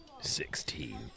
Sixteen